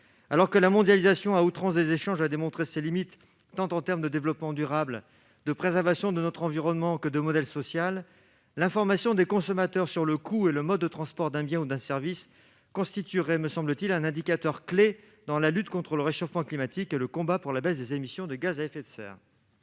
Alors que la mondialisation à outrance des échanges a démontré ses limites en termes tant de développement durable et de préservation de notre environnement que de modèle social, l'information des consommateurs sur le coût et le mode de transport d'un bien ou d'un service constituerait un indicateur clé dans la lutte contre le réchauffement climatique et le combat pour la baisse des émissions de gaz à effet de serre.